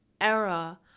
era